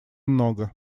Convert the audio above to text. много